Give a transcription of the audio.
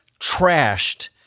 trashed